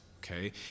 okay